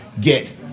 get